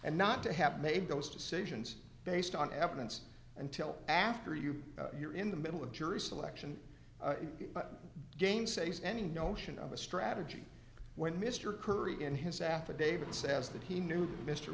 and not to have made those decisions based on evidence until after you you're in the middle of jury selection game saves any notion of a strategy when mr curry in his affidavit says that he knew mr